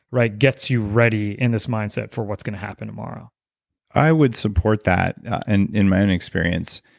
like gets you ready in this mindset for what's going to happen tomorrow i would support that and in my own experience.